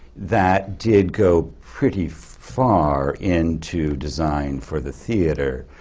that did go pretty far into design for the theatre.